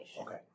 Okay